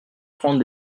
prendre